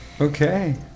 Okay